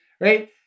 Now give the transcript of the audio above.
right